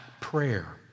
prayer